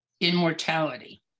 immortality